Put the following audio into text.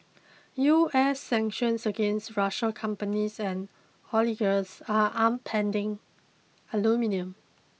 US sanctions against Russian companies and oligarchs are upending aluminium